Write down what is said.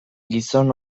gizon